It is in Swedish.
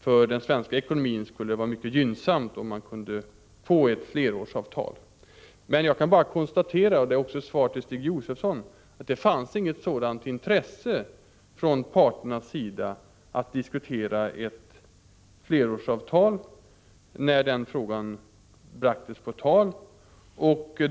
För den svenska ekonomin skulle det vara mycket gynnsamt med ett flerårsavtal. Jag kan bara konstatera, och det är också ett svar till Stig Josefson, att det inte fanns något sådant intresse från parternas sida att diskutera ett flerårsavtal när den frågan bragtes på tal.